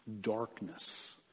darkness